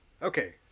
Okay